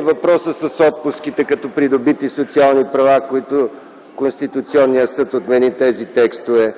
въпроса с отпуските като придобити социални права, които Конституционният съд отмени; и по